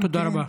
תודה רבה.